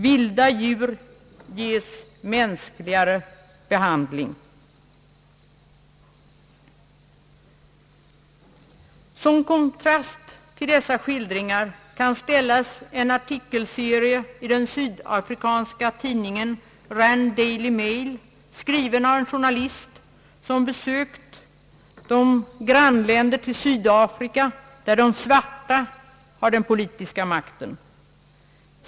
Vilda djur ges mänskligare behandling.» Som kontrast till dessa skildringar kan ställas en artikelserie i den sydafrikanska tidningen Rand Daily Mail, skriven av en journalist som besökt de grannländer till Sydafrika där de svarta har den politiska makten.